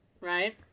right